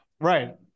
right